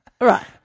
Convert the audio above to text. Right